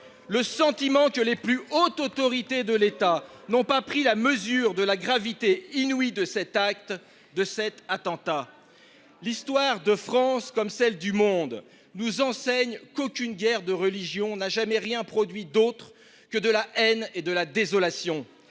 le sentiment que les plus hautes autorités de l'État n'ont pas pris la mesure de la gravité inouïe de cet attentat. L'histoire de France comme celle du monde nous enseigne qu'aucune guerre de religion n'a jamais rien produit d'autre que de la haine et de la désolation.